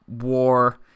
war